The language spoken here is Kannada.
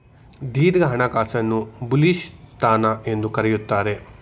ದೀರ್ಘ ಹಣಕಾಸನ್ನು ಬುಲಿಶ್ ಸ್ಥಾನ ಎಂದು ಕರೆಯುತ್ತಾರೆ